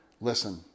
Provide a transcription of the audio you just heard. listen